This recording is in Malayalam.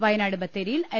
വയനാട് ബത്തേരിയിൽ എൽ